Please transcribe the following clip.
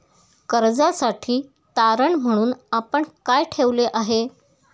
कर्जासाठी तारण म्हणून आपण काय ठेवले आहे?